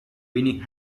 winning